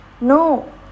no